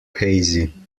hazy